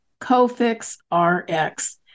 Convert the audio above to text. COFIX-RX